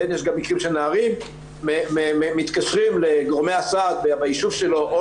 יש גם מקרים שנערים מתקשרים לגורמי הסעד בישוב שלו או